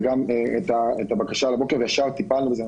קיבלתי את הבקשה על הבוקר, וישר טיפלנו בזה.